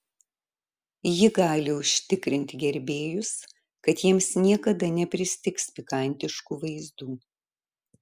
ji gali užtikrinti gerbėjus kad jiems niekada nepristigs pikantiškų vaizdų